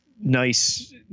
Nice